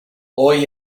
hoy